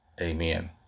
Amen